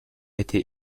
été